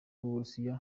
uburusiya